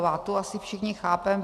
Tu asi všichni chápeme.